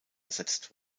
ersetzt